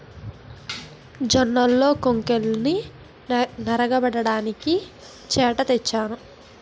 జొన్నల్లో కొంకుల్నె నగరబడ్డానికి చేట తెచ్చాను